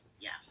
yes